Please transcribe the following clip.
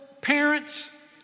parents